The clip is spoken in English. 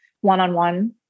one-on-one